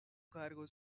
cargo